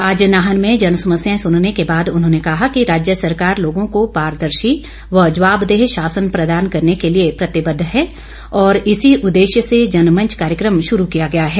आज नाहन में जन समस्याएं सुनने के बाद उन्होंने कहा कि राज्य सरकार लोगों को पारदर्शी व जवाबदेह शासन प्रदान करने के लिए प्रतिबद्ध है और इसी उददेश्य से जनमंच कार्यकम शुरू किया गया है